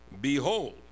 behold